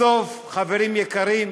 בסוף, חברים יקרים,